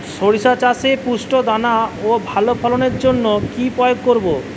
শরিষা চাষে পুষ্ট দানা ও ভালো ফলনের জন্য কি প্রয়োগ করব?